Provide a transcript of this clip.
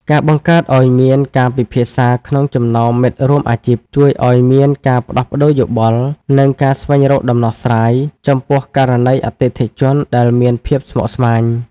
ការបង្កើតឱ្យមានការពិភាក្សាក្នុងចំណោមមិត្តរួមអាជីព ជួយឱ្យមានការផ្ដោះប្ដូរយោបល់ និងការស្វែងរកដំណោះស្រាយចំពោះករណីអតិថិជនដែលមានភាពស្មុគស្មាញ។